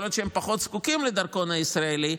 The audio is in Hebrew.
יכול להיות שהם פחות זקוקים לדרכון הישראלי,